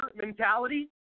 mentality